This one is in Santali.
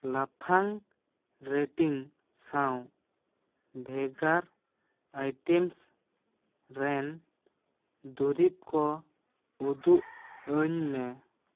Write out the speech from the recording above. ᱞᱟᱯᱷᱟᱝ ᱨᱮᱴᱤᱝ ᱥᱟᱶ ᱵᱷᱮᱜᱟᱨ ᱟᱭᱴᱮᱢᱥ ᱨᱮᱱ ᱫᱩᱨᱤᱵᱽ ᱠᱚ ᱩᱫᱩᱜ ᱟᱹᱧ ᱢᱮ